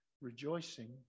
rejoicing